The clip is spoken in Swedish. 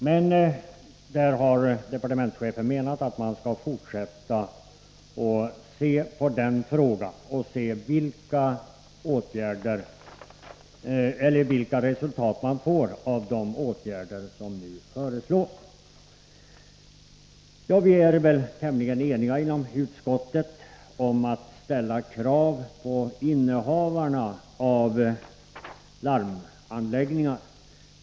Men departementschefen menar att man skall fortsätta och se över den frågan och undersöka vilka resultat man får av de åtgärder som nu föreslås. Vi är väl inom utskottet tämligen eniga om att ställa krav på innehavarna av larmanläggningar.